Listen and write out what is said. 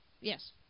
Yes